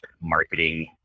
marketing